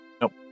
Nope